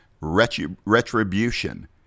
retribution